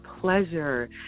pleasure